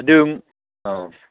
ꯑꯗꯨ ꯑꯥ